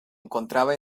encontraba